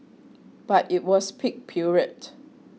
but it was peak period